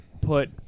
put